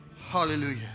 Hallelujah